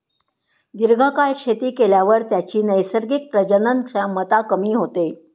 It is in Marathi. दीर्घकाळ शेती केल्यावर त्याची नैसर्गिक प्रजनन क्षमता कमी होते